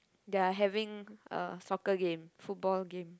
they are having a soccer game football game